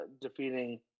defeating